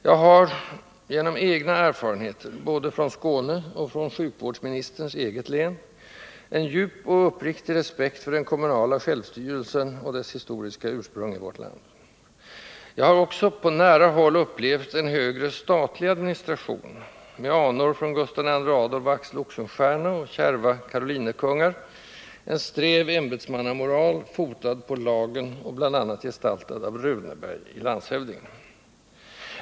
Jag har — genom egna erfarenheter både från Skåne och från sjukvårdsministerns eget län — en djup och uppriktig respekt för den kommunala självstyrelsen och dess historiska ursprung i vårt land. Jag har också på nära håll upplevt en högre statlig administration, med anor från Gustav II Adolf och Axel Oxenstierna och kärva karolinerkungar: en sträv ämbetsmannamoral, fotad på lagen och bl.a. gestaltad av Runeberg i Landshövdingen.